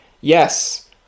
yes